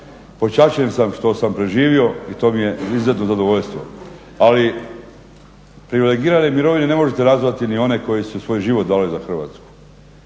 Počašćen sam što sam preživio i to mi je izuzetno zadovoljstvo. Ali privilegirane mirovine ne možete nazvati ni one koje su svoj život dale za Hrvatsku.